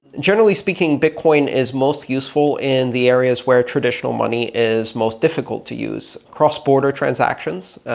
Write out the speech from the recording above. generally speaking, bitcoin is most useful in the areas where traditional money is most difficult to use. cross-border transactions.